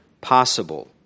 possible